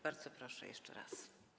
Bardzo proszę jeszcze raz.